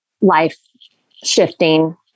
life-shifting